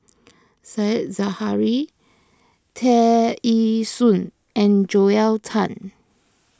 Said Zahari Tear Ee Soon and Joel Tan